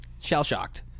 Shell-shocked